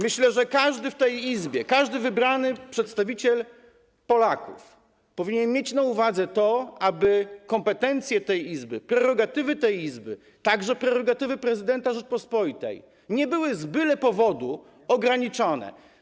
Myślę, że każdy w tej Izbie, każdy wybrany przedstawiciel Polaków powinien mieć na uwadze to, aby kompetencje tej Izby, prerogatywy tej Izby, także prerogatywy prezydenta Rzeczypospolitej nie były z byle powodu ograniczone.